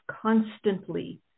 constantly